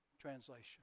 Translation